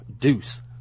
Deuce